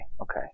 Okay